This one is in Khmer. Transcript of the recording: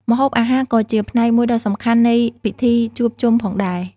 ម្ហូបអាហារក៏ជាផ្នែកមួយដ៏សំខាន់នៃពិធីជួបជុំផងដែរ។